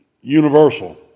universal